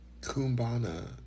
Kumbana